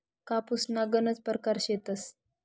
कापूसना गनज परकार शेतस